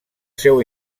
seu